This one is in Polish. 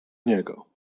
niego